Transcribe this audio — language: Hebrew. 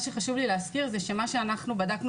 מה שחשוב לי להסביר זה שמה שאנחנו בדקנו